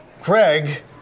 Craig